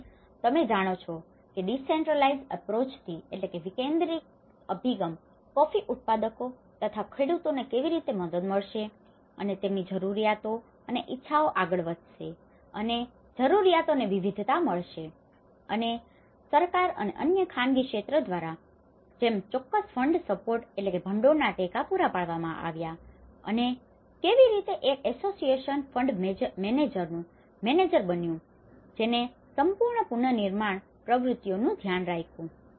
અને તમે જાણો છો કે ડીસેન્ટ્રલાઇઝડ અપ્રોચથી decentralized approach વિકેન્દ્રિત અભિગમ કોફી ઉત્પાદકો તથા ખેડુતોને કેવી રીતે મદદ મળશે અને તેમની જરૂરિયાતો અને ઇચ્છાઓ આગળ વધશે અને જરૂરિયાતોને વિવિધતા મળશે અને સરકાર અને અન્ય ખાનગી ક્ષેત્ર દ્વારા જેમ ચોક્કસ ફંડ સપોર્ટ fund support ભંડોળના ટેકા પૂરા પાડવામાં આવ્યા અને કેવી રીતે એક એસોસિએશન association સંસ્થા ફંડ મેનેજરનું મેનેજર બન્યું જેને સંપૂર્ણ પુનર્નિર્માણ પ્રવૃત્તિઓનું ધ્યાન રાખ્યું